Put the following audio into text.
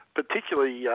particularly